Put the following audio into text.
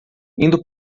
indo